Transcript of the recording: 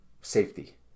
safety